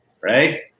right